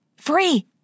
Free